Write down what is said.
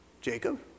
Jacob